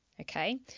Okay